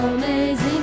amazing